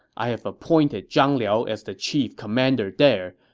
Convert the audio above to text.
i have appointed zhang liao as the chief commander there,